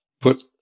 put